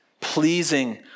pleasing